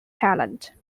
talent